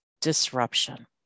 disruption